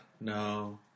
no